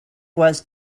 was